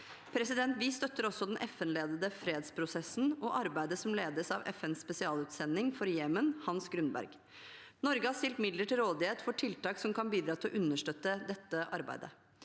skipsfarten. Vi støtter også den FN-ledede fredsprosessen og arbeidet som ledes av FNs spesialutsending for Jemen, Hans Grundberg. Norge har stilt midler til rådighet for tiltak som kan bidra til å understøtte dette arbeidet.